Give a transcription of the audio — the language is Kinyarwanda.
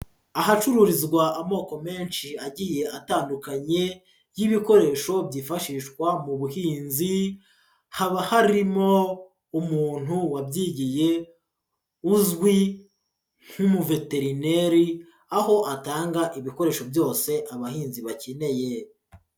Ahacururizwa amoko menshi agiye atandukanye y'ibikoresho byifashishwa mu buhinzi, haba harimo umuntu wabyigiye uzwi nk'umuveterineri, aho atanga ibikoresho byose abahinzi bakeneye.